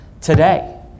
Today